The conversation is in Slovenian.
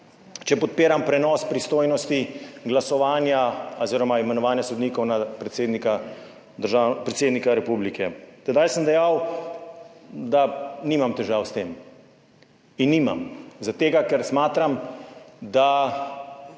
ali podpiram prenos pristojnosti glasovanja oziroma imenovanja sodnikov na predsednika republike. Tedaj sem dejal, da nimam težav s tem. In jih nimam, zaradi tega ker smatram, da